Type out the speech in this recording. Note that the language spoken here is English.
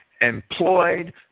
employed